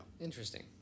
Interesting